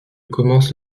commence